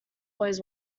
always